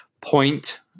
point